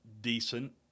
decent